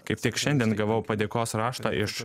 kaip tik šiandien gavau padėkos raštą iš